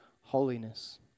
holiness